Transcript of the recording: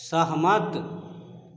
सहमत